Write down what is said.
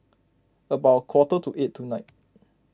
about a quarter to eight tonight